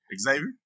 Xavier